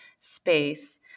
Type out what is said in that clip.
space